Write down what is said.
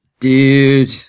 Dude